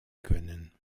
können